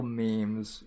memes